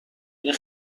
این